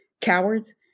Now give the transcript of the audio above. cowards